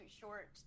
short